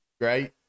great